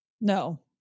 No